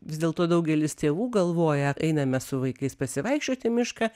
vis dėlto daugelis tėvų galvoja einame su vaikais pasivaikščiot į mišką